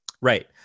Right